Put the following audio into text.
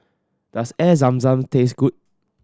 does Air Zam Zam taste good